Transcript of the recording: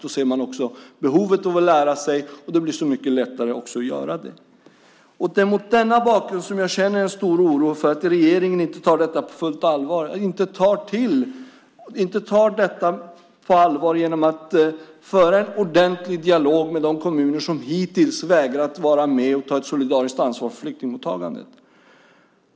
Då ser man behovet av att lära sig, och det blir också så mycket lättare att göra det. Det är mot den bakgrunden som jag känner en stor oro för att regeringen inte tar det på allvar genom att föra en ordentlig dialog med de kommuner som hittills vägrat att vara med och ta ett solidariskt ansvar för flyktingmottagandet.